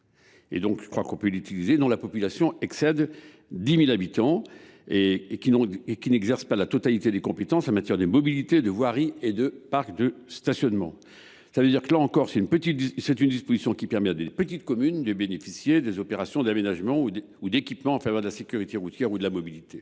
par des intercommunalités dont la population excède 10 000 habitants ou qui n’exercent pas la totalité des compétences en matière de mobilité, de voirie et de parcs de stationnement. Une telle disposition permet à de petites communes de bénéficier d’opérations d’aménagement ou d’équipement en faveur de la sécurité routière ou de la mobilité.